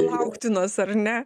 lauktinos ar ne